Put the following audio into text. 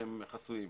שהם חסויים.